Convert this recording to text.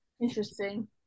Interesting